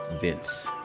Vince